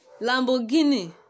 Lamborghini